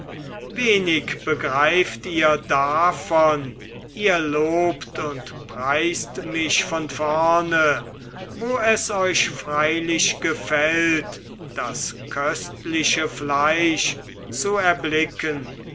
wenig begreift ihr davon ihr lobt und preist mich von vorne wo es euch freilich gefällt das köstliche fleisch zu erblicken